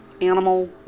animal